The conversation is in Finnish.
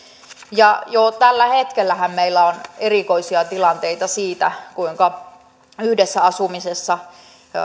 jo tällä hetkellähän meillä on erikoisia tilanteita siitä kuinka yhdessä asumisessa